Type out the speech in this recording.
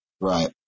Right